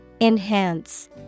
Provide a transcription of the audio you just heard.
Enhance